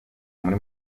muri